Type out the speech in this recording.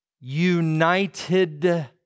United